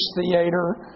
theater